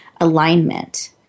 alignment